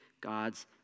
God's